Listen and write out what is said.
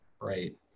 right